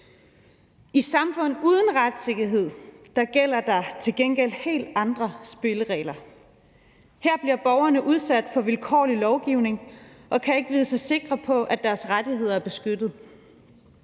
I samfund uden retssikkerhed gælder der til gengæld helt andre spilleregler. Her bliver borgerne udsat for vilkårlig lovgivning og kan ikke vide sig sikre på, at deres rettigheder er beskyttet.